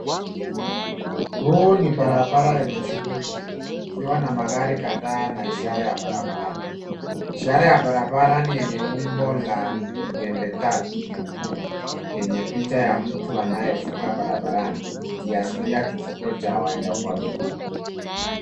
Huu ni barabara yenye shughuli nyingi, ukiwa na magari kadhaa na ishara ya barabarani. Ishara ya barabarani yenye umbo la pembetatu nyekundu yenye picha ya mtu anayevuka barabarani, ikiashiria kivuko cha waenda kwa miguu.